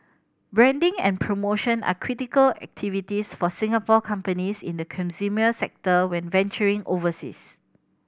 branding and promotion are critical activities for Singapore companies in the consumer sector when venturing overseas